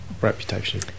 reputation